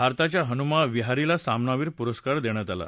भारताच्या हनुमा विहारीला सामनावीर पुरस्कार देण्यात आला